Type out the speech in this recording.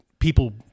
People